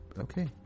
okay